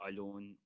alone